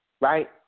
right